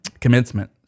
commencement